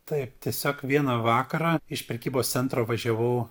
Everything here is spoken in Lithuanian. taip tiesiog vieną vakarą iš prekybos centro važiavau